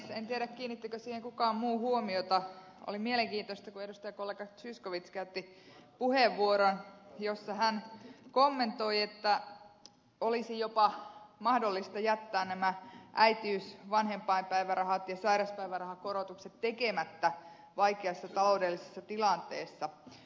en tiedä kiinnittikö kukaan muu huomiota siihen että oli mielenkiintoista kun edustajakollega zyskowicz käytti puheenvuoron jossa hän kommentoi että olisi jopa mahdollista jättää nämä äitiys vanhempain ja sairauspäivärahakorotukset tekemättä vaikeassa taloudellisessa tilanteessa